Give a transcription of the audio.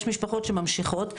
יש משפחות שממשיכות.